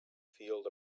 field